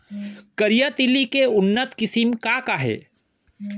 करिया तिलि के उन्नत किसिम का का हे?